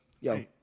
Yo